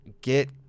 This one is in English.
get